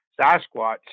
Sasquatch